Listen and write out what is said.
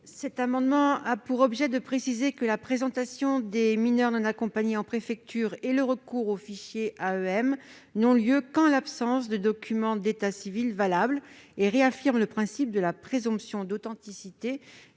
Cet amendement a pour objet de préciser que la présentation des mineurs non accompagnés en préfecture et le recours au fichier AEM n'ont lieu qu'en l'absence de documents d'état civil valables. Il permet de réaffirmer le principe de la présomption d'authenticité